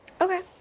Okay